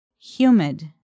Humid